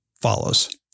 follows